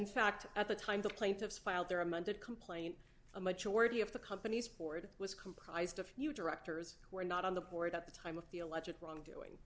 in fact at the time the plaintiffs filed their amended complaint a majority of the company's board was comprised of new directors were not on the board at the time of the electorate wrongdoing